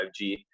5G